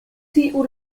tiu